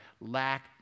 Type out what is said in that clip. lack